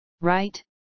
right